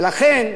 לכן,